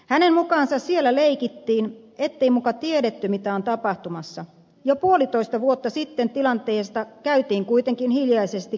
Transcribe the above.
hänen mukaansa siellä leikittiin ettei muka tiedetty mitä on tapahtumassa ja jo puolitoista vuotta sitten tilanteesta käytiin kuitenkin hiljaisesti keskusteluja